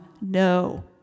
no